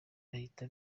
bahita